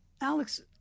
Alex